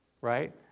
right